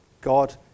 God